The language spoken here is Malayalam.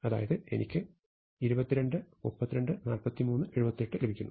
അതായത് എനിക്ക് 22 32 43 ഉം 78 ഉം ലഭിക്കും